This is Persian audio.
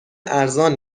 ارزان